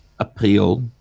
appeal